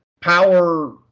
power